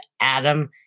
Adam